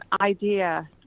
idea